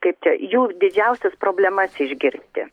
kaip čia jų didžiausias problemas išgirsti